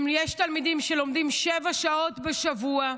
יש תלמידים שלומדים שבע שעות בשבוע.